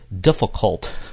difficult